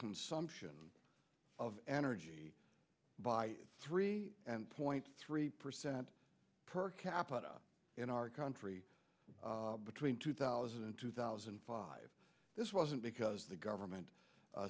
consumption of energy by three and point three percent per capita in our country between two thousand and two thousand five this wasn't because the government